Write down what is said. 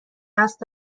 قصد